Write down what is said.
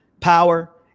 power